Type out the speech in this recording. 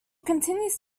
continues